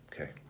Okay